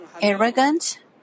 arrogant